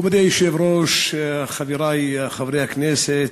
מכובדי היושב-ראש, חברי חברי הכנסת,